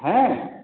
হ্যাঁ